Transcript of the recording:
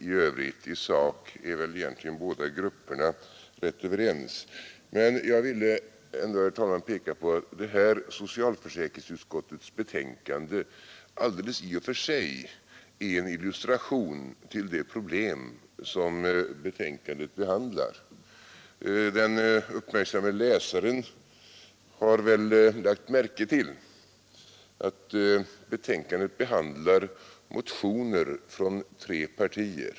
I övrigt är egentligen de båda grupperna rätt överens i sak. Jag vill ändå, herr talman, peka på att detta betänkande från socialförsäkringsutskottet i och för sig är en illustration till det problem som betänkandet behandlar. Den uppmärksamme läsaren har väl lagt märke till att betänkandet behandlar motioner från tre partier.